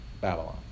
Babylon